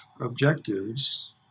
objectives